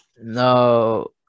No